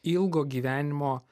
ilgo gyvenimo